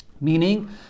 Meaning